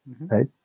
right